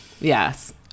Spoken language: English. Yes